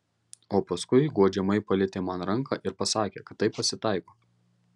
o paskui guodžiamai palietė man ranką ir pasakė kad taip pasitaiko